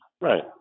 Right